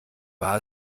war